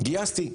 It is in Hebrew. גייסתי.